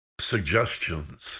suggestions